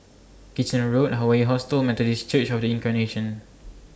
Kitchener Road Hawaii Hostel and Methodist Church of The Incarnation